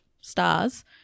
stars